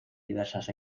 diversas